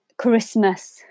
Christmas